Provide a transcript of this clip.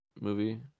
movie